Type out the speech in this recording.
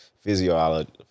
physiology